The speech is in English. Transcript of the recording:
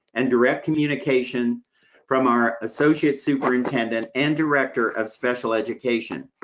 and direct communication from our associate superintendent and director of special education.